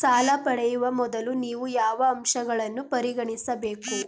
ಸಾಲ ಪಡೆಯುವ ಮೊದಲು ನೀವು ಯಾವ ಅಂಶಗಳನ್ನು ಪರಿಗಣಿಸಬೇಕು?